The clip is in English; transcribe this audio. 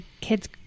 kids